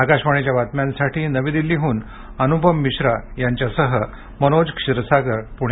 आकाशवाणी बातम्यांसाठी नवी दिल्लीहून अनुपम मिश्रा यांच्यासह मनोज क्षीरसागर पुणे